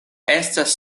estas